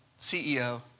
CEO